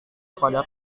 kepada